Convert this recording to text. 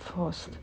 forced